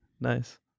Nice